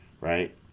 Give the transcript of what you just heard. right